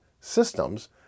systems